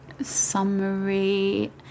Summary